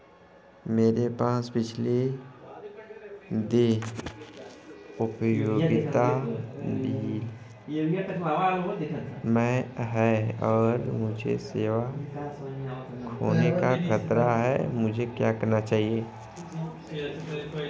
मेरे पास पिछले देय उपयोगिता बिल हैं और मुझे सेवा खोने का खतरा है मुझे क्या करना चाहिए?